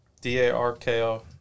D-A-R-K-O